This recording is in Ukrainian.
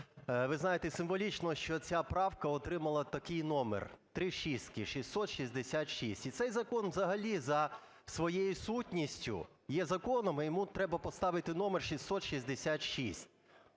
Ви знаєте, символічно, що ця правка отримала такий номер – три шістки, 666. І цей закон взагалі за своєю сутністю є законом і йому треба поставити номер 666.